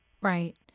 Right